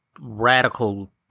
radical